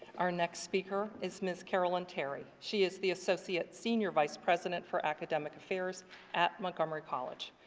our next speaker is miss carolyn terry. she is the associate senior vice-president for academic affairs at montgomery college.